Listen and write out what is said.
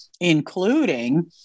including